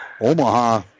Omaha